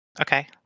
okay